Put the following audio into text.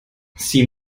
sie